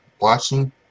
watching